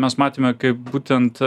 mes matėme kaip būtent